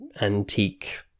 antique